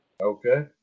okay